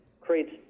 creates